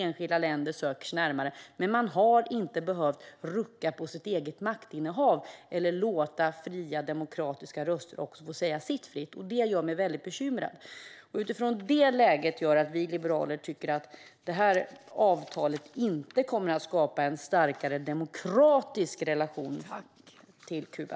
Enskilda länder söker sig närmare, men man har inte behövt rucka på sitt eget maktinnehav eller låta demokratiska röster fritt säga sitt, vilket gör mig väldigt bekymrad. Detta gör att vi liberaler menar att det här avtalet inte kommer att skapa en starkare demokratisk relation till Kuba.